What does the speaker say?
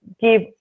give